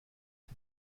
hip